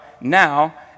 Now